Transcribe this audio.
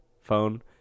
phone